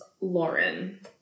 Lauren